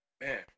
Man